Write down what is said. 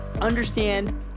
understand